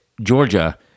Georgia